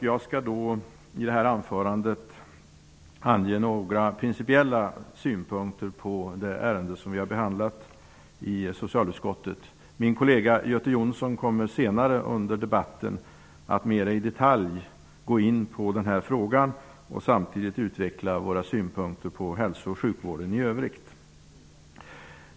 Jag skall i mitt anförande ange några principiella synpunkter på det ärende som vi har behandlat i socialutskottet. Min kollega Göte Jonsson kommer senare under debatten att mera i detalj gå in på denna fråga och samtidigt utveckla våra synpunkter på hälso och sjukvården i övrigt.